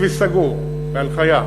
הכביש סגור, בהנחיה,